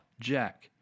jack